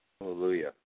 Hallelujah